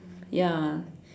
ya